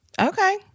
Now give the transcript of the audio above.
Okay